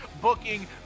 booking